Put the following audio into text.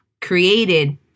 created